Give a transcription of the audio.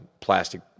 plastic